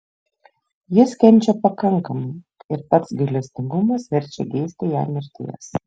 jis kenčia pakankamai ir pats gailestingumas verčia geisti jam mirties